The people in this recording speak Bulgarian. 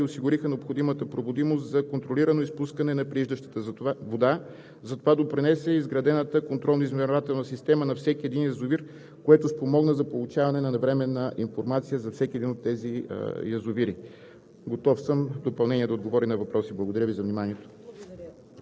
Новоизградените преливници и отпушените или ремонтираните основни изпускатели осигуриха необходимата проводимост за контролирано изпускане на прииждащата вода. За това допринесе и изградената контролно-измервателна система на всеки един язовир, което спомогна за получаване на навременна информация за всеки един от тези язовири.